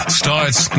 starts